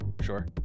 Sure